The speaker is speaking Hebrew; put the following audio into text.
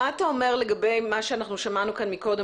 מה אתה אומר לגבי מה שאנחנו שמענו כאן מקודם,